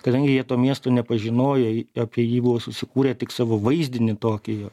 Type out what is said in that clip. kadangi jie to miesto nepažinojo apie jį buvo susikūrę tik savo vaizdinį tokį jo